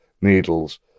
needles